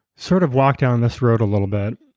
sort of walk down this road a little bit,